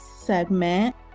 segment